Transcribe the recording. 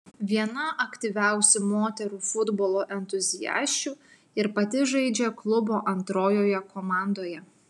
viena aktyviausių moterų futbolo entuziasčių ir pati žaidžia klubo antrojoje komandoje